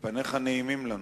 פניך נעימים לנו.